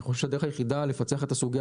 אני חושב שהדרך היחידה לפצח את הסוגיה